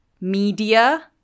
media